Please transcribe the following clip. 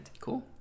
cool